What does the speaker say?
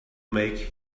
make